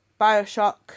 Bioshock